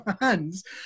hands